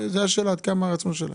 השאלה מה הרצון שלהם.